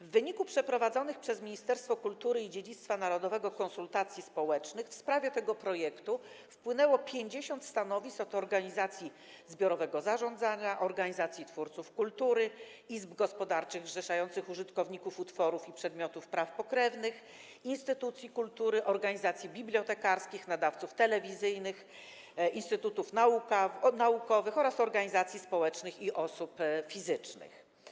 W wyniku przeprowadzonych przez Ministerstwo Kultury i Dziedzictwa Narodowego konsultacji społecznych w sprawie tego projektu wpłynęło 50 stanowisk od organizacji zbiorowego zarządzania, organizacji twórców kultury, izb gospodarczych zrzeszających użytkowników utworów i przedmiotów praw pokrewnych, instytucji kultury, organizacji bibliotekarskich, nadawców telewizyjnych, instytutów naukowych oraz organizacji społecznych i osób fizycznych.